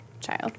child